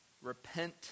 Repent